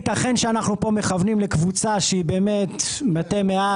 יתכן שאנחנו כאן מכוונים לקבוצה שהיא באמת מתי מעט.